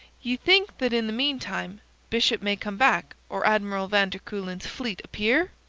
ye think that in the meantime bishop may come back or admiral van der kuylen's fleet appear?